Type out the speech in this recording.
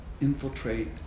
infiltrate